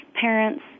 parents